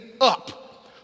up